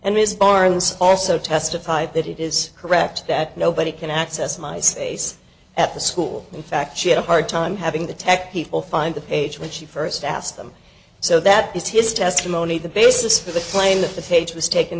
barnes also testified that it is correct that nobody can access my space at the school in fact she had a hard time having the tech people find the page when she first asked them so that is his testimony the basis for the